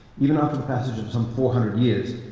even after the passage of some four hundred years,